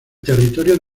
territorio